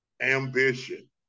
ambition